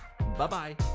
bye-bye